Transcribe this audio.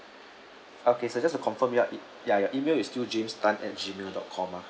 okay sir just to confirm your ya ya your email is still james tan at G mail dot com ah